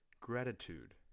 Gratitude